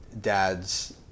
dads